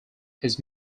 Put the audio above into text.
his